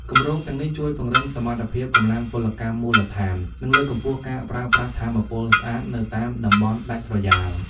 គម្រោងទាំងនេះជួយពង្រឹងសមត្ថភាពកម្លាំងពលកម្មមូលដ្ឋាន និងលើកកម្ពស់ការប្រើប្រាស់ថាមពលស្អាតនៅតាមតំបន់ដាច់ស្រយាល។